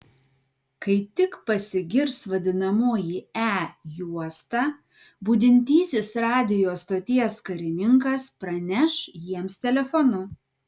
kai tik pasigirs vadinamoji e juosta budintysis radijo stoties karininkas praneš jiems telefonu